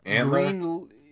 green